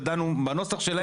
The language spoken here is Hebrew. ודנו בנוסח שלכם.